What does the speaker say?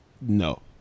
no